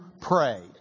pray